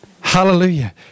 Hallelujah